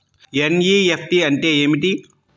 NEFT అంటే ఏమిటీ?